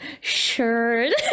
shirt